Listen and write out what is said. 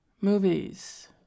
movies